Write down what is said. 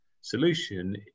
solution